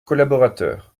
collaborateurs